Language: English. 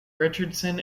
richardson